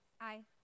Aye